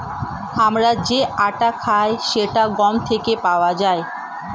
আমরা যে আটা খাই সেটা গম থেকে পাওয়া যায়